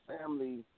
family